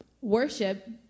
worship